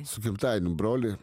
su gimtadieniu broli